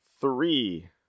three